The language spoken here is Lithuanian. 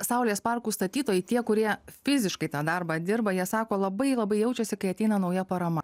saulės parkų statytojai tie kurie fiziškai tą darbą dirba jie sako labai labai jaučiasi kai ateina nauja parama